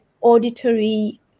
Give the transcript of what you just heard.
auditory